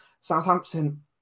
Southampton